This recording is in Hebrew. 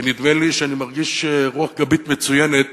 ונדמה לי שאני מרגיש רוח גבית מצוינת